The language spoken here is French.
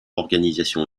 organisation